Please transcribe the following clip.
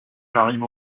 j’arrive